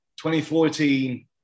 2014